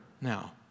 now